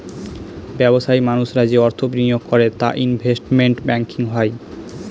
ব্যবসায়ী মানুষরা যে অর্থ বিনিয়োগ করে তা ইনভেস্টমেন্ট ব্যাঙ্কিং হয়